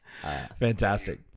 Fantastic